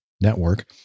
network